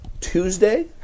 Tuesday